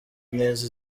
neza